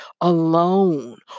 alone